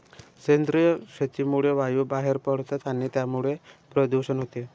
सेंद्रिय शेतीमुळे वायू बाहेर पडतात आणि त्यामुळेच प्रदूषण होते